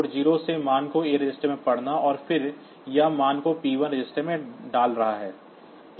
port शून्य से मान को A रजिस्टर में पढ़ना और फिर यह मान को p1 रजिस्टर में डाल रहा है